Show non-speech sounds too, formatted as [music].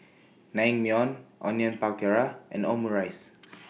Naengmyeon Onion Pakora and Omurice [noise]